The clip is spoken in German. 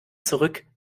zurück